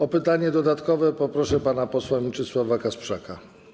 O pytanie dodatkowe proszę pana posła Mieczysława Kasprzaka.